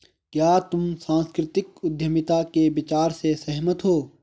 क्या तुम सांस्कृतिक उद्यमिता के विचार से सहमत हो?